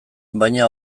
baina